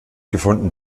gefunden